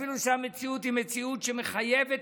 אפילו שהמציאות מחייבת,